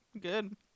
good